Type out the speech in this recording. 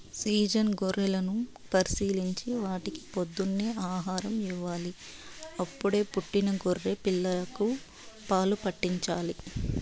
season గొర్రెలను పరిశీలించి వాటికి పొద్దున్నే ఆహారం ఇవ్వాలి, అప్పుడే పుట్టిన గొర్రె పిల్లలకు పాలు పాట్టించాలి